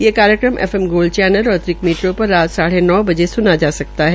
यह कार्यक्रम F M gold channel और अतिरिक्त मीटरों पर साढ़े नौ बजे स्ना जा सकता है